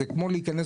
זה כמו להיכנס